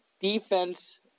defense